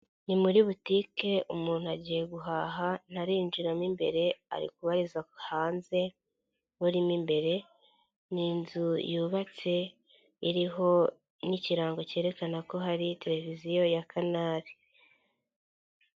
Ni muri butike umuntu agiye guhaha ntarinjiramo imbere ari kubariza hanze abarimo imbere, ni inzu yubatse iriho n'ikirango cyerekana ko hari televiziyo ya canal.